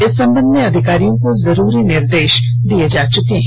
इस संबंध में अधिकारियों को जरूरी निर्देश दिए जा चुके हैं